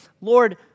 Lord